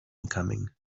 coming